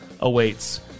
awaits